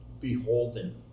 beholden